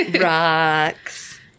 rocks